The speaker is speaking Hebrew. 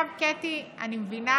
קטי, אני מבינה